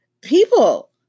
people